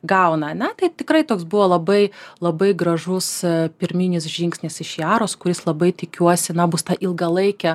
gauna ane tai tikrai toks buvo labai labai gražus pirminis žingsnis iš jaros kuris labai tikiuosi na bus ta ilgalaikė